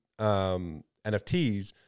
NFTs